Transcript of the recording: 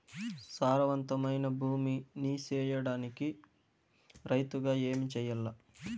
సారవంతమైన భూమి నీ సేయడానికి రైతుగా ఏమి చెయల్ల?